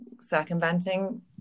circumventing